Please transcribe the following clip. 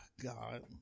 god